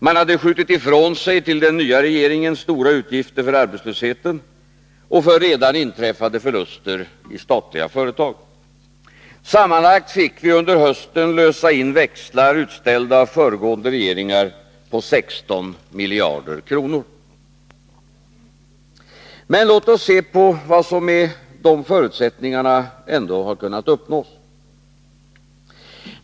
Man hade till den nya regeringen skjutit över stora utgifter för arbetslösheten och för redan inträffade förluster i statliga företag. Sammanlagt fick vi under hösten lösa in växlar utställda av föregående regeringar på 16 miljarder kronor. Men låt oss se på vad som med de förutsättningarna ändå har kunnat uppnås.